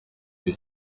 iyi